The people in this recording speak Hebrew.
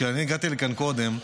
כי אני הגעתי לכאן קודם,